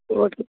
okay